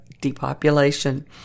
depopulation